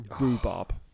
rhubarb